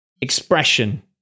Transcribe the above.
expression